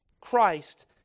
Christ